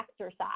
exercise